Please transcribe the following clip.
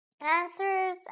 Answers